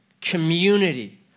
community